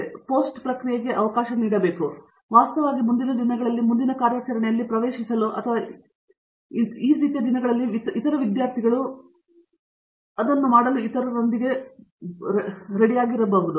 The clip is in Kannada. ಹಾಗಾಗಿ ಅವರು ಪೋಸ್ಟ್ ಪ್ರಕ್ರಿಯೆಗೆ ಅವಕಾಶ ನೀಡುತ್ತಾರೆ ಆದರೆ ಅವರು ವಾಸ್ತವವಾಗಿ ಮುಂದಿನ ದಿನಗಳಲ್ಲಿ ಮುಂದಿನ ಕಾರ್ಯಾಚರಣೆಯಲ್ಲಿ ಪ್ರವೇಶಿಸಲು ಅಥವಾ ಆ ರೀತಿಯ ದಿನಗಳಲ್ಲಿ ಇತರ ವಿದ್ಯಾರ್ಥಿಗಳು ಮತ್ತು ಇತರರೊಂದಿಗೆ ಪ್ರವೇಶಿಸಬಹುದು